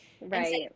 Right